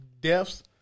deaths